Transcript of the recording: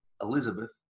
Elizabeth